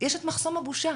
יש את מחסום הבושה.